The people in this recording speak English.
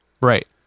Right